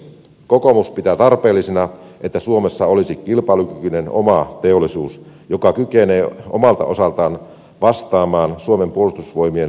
kokoomus pitää tarpeellisena että suomessa olisi kilpailukykyinen oma teollisuus joka kykenee omalta osaltaan vastaamaan suomen puolustusvoimien tarpeisiin